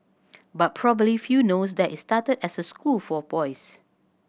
but probably few knows that it started as a school for boys